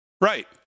Right